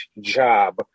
job